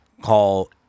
call